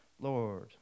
Lord